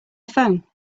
phone